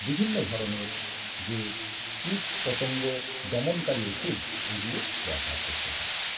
বিভিন্ন ধরনের যে কীটপতঙ্গ দমনকারী ওষুধ এইগুলো ব্যবহার করতে হয়